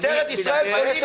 משטרת ישראל פוליטית.